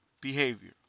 behavior